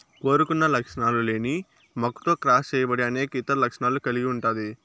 కోరుకున్న లక్షణాలు లేని మొక్కతో క్రాస్ చేయబడి అనేక ఇతర లక్షణాలను కలిగి ఉంటాది